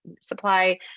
supply